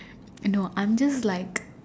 you know I'm just like